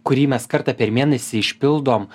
kurį mes kartą per mėnesį išpildom